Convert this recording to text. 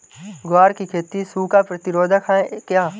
ग्वार की खेती सूखा प्रतीरोधक है क्या?